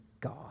God